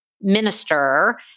minister